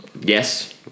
yes